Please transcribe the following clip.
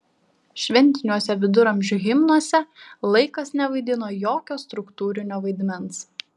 šventiniuose viduramžių himnuose laikas nevaidino jokio struktūrinio vaidmens